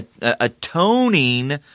atoning